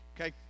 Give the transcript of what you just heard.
okay